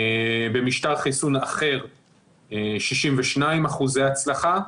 במשטר חיסון אחר 62% הצלחה.